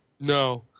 No